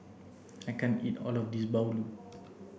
I can't eat all of this Bahulu